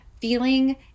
feeling